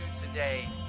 today